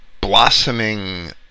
blossoming